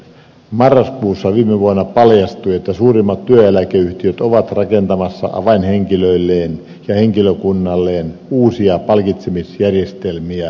marraskuussa viime vuonna paljastui että suurimmat työeläkeyhtiöt ovat rakentamassa avainhenkilöilleen ja henkilökunnalleen uusia palkitsemisjärjestelmiä